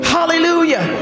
Hallelujah